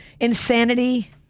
Insanity